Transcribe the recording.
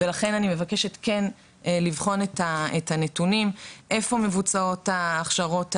לכן אני מבקשת לבחון את הנתונים איפה מבוצעות ההכשרות האלה,